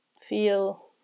feel